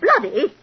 bloody